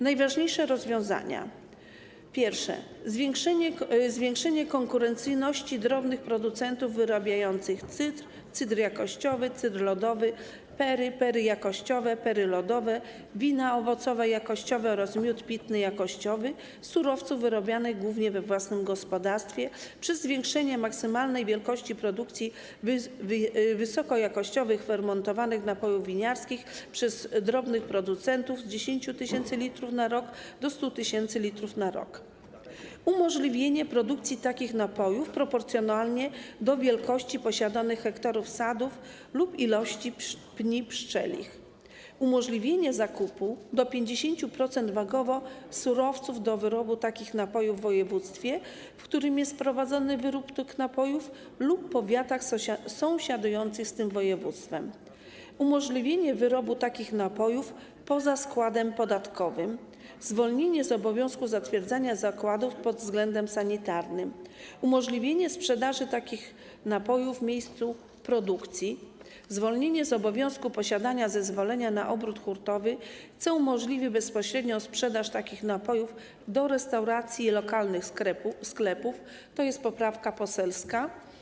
Najważniejsze rozwiązania to: zwiększenie konkurencyjności drobnych producentów wyrabiających cydr: cydr jakościowy, cydr lodowy, perry: perry jakościowe, perry lodowe, wina owocowe jakościowe oraz miód pitny jakościowy z surowców wyrabianych głównie we własnym gospodarstwie przy zwiększeniu maksymalnej wielkości produkcji wysokojakościowych fermentowanych napojów winiarskich przez drobnych producentów z 10 tys. l na rok do 100 tys. l na rok; umożliwienie produkcji takich napojów proporcjonalnie do wielkości posiadanych hektarów sadów lub liczby pni pszczelich; umożliwienie zakupu, do 50% pod względem wagowym, surowców do wyrobu takich napojów w województwie, w którym jest prowadzony wyrób tych napojów, lub w powiatach sąsiadujących z tym województwem; umożliwienie wyrobu takich napojów poza składem podatkowym; zwolnienie z obowiązku zatwierdzania zakładów pod względem sanitarnym, umożliwienie sprzedaży takich napojów w miejscu produkcji; zwolnienie z obowiązku posiadania zezwolenia na obrót hurtowy, co umożliwi bezpośrednią sprzedaż takich napojów do restauracji i lokalnych sklepów - to jest poprawka poselska.